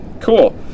cool